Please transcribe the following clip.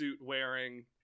wearing